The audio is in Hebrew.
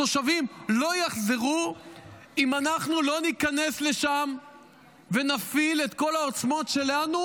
התושבים לא יחזרו אם אנחנו לא ניכנס לשם ונפעיל את כל העוצמות שלנו